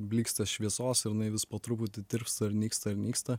blykstės šviesos ir jinai vis po truputį tirpsta ir nyksta nyksta